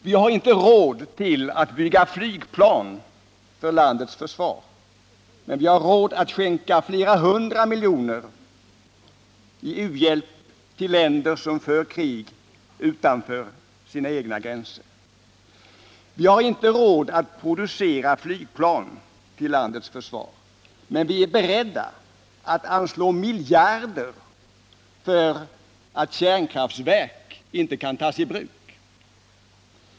Vi har inte råd att bygga flygplan för landets försvar, men vi har råd att skänka flera hundra miljoner kronor i u-hjälp till länder som för krig utanför sina egna gränser. Vi har inte råd att producera flygplan till landets försvar, men vi är beredda att anslå miljarder för att kärnkraftverk inte kan tas i bruk.